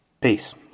Peace